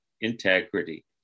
integrity